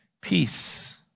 Peace